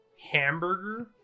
hamburger